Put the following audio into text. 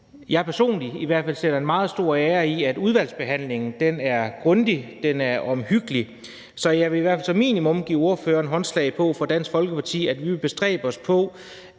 jeg personligt i hvert fald sætter en meget stor ære i, at udvalgsbehandlingen er grundig, at den er omhyggelig. Så jeg vil i hvert fald som minimum give ordføreren for Dansk Folkeparti håndslag på, at vi vil bestræbe os på,